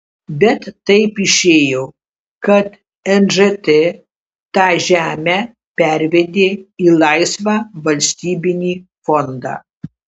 bet taip išėjo kad nžt tą žemę pervedė į laisvą valstybinį fondą